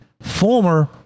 former